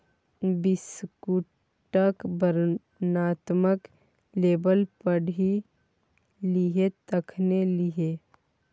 बिस्कुटक वर्णनात्मक लेबल पढ़ि लिहें तखने लिहें